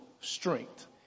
strength